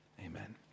Amen